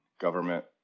government